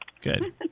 Good